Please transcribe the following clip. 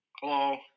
Hello